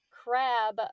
crab